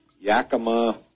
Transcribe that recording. Yakima